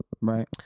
Right